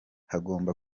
hagomba